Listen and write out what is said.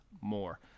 more